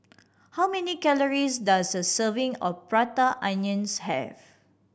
how many calories does a serving of Prata Onion have